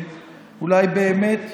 אולי באמת,